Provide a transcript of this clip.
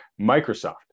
Microsoft